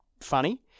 funny